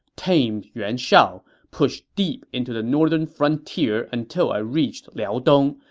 tamed yuan shao, pushed deep into the northern frontier until i reached liaodong,